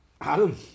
Adam